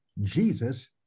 Jesus